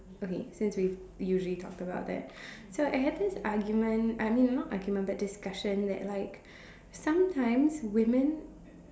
okay since we usually talked about that so I have this argument I mean not argument but discussion that like sometimes women